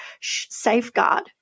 safeguard